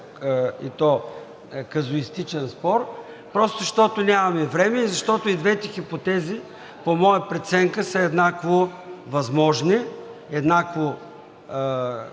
и то казуистичен спор, просто защото нямаме време и защото и двете хипотези, по моя преценка, са еднакво възможни, еднакво,